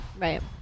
Right